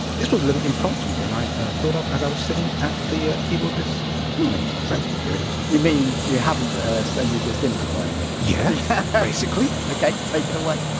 this was a little impromptu thing i thought up as i was sitting at the ah keyboard this morning. so, here it is you mean you haven't rehearsed and you're just improvising? yeah, basically okay, take it away